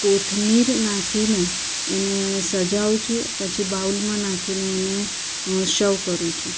કોથમીર નાખીને એને સજાવું છું પછી બાઉલમાં નાખીને એને શવ કરું છું